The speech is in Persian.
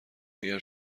اگر